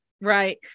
right